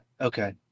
okay